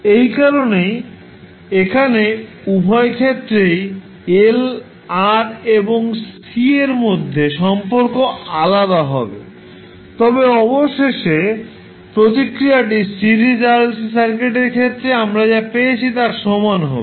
এই কারণেই এখানে উভয় ক্ষেত্রেই L R এবং C এর মধ্যে সম্পর্ক আলাদা হবে তবে অবশেষে প্রতিক্রিয়াটি সিরিজ RLC সার্কিটের ক্ষেত্রে আমরা যা পেয়েছি তার সমান হবে